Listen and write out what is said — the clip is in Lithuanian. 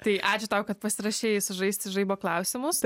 tai ačiū tau kad pasirašei sužaisti žaibo klausimus